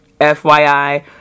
FYI